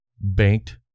banked